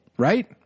Right